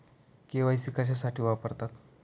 KYC कशासाठी वापरतात?